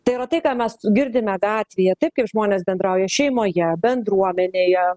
tai yra tai ką mes girdime gatvėje taip kaip žmonės bendrauja šeimoje bendruomenėje